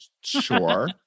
Sure